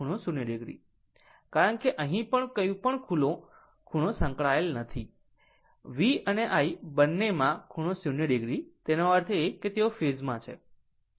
કારણ કે અહીં પણ કોઈપણ ખૂણો સંકળાયેલ નથી કે V અને i બંનેમાં ખૂણો 0 o તેનો અર્થ એ કે તેઓ ફેઝ માં છે